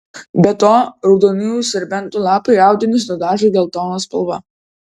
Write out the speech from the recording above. be to raudonųjų serbentų lapai audinius nudažo geltona spalva